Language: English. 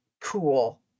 cool